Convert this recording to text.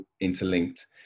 interlinked